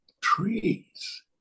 trees